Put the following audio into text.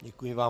Děkuji vám.